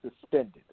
suspended